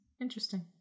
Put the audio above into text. Interesting